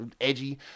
edgy